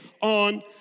on